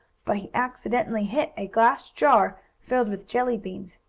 but he accidentally hit a glass jar filled with jelly beans.